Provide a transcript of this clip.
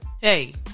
Hey